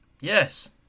Yes